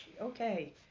Okay